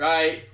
Right